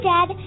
Dad